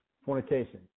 Fornication